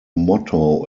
motto